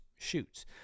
shoots